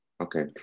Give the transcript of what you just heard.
Okay